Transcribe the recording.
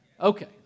Okay